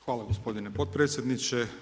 Hvala gospodine potpredsjedniče.